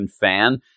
fan